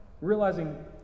realizing